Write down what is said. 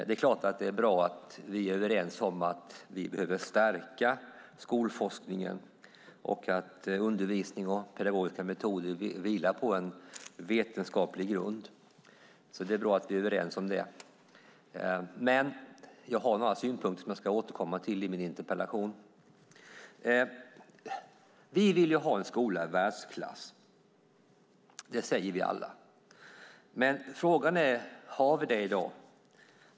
Det är klart att det är bra att vi är överens om att skolforskningen behöver stärkas och att undervisning och pedagogiska metoder ska vila på vetenskaplig grund. Det är bra att vi är överens om det. Men jag har några synpunkter som jag ska återkomma till beträffande min interpellation. Vi vill ha en skola i världsklass. Det säger vi alla. Men frågan är: Har vi det i dag?